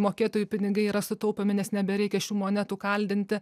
mokėtojų pinigai yra sutaupomi nes nebereikia šių monetų kaldinti